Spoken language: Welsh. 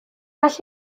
gall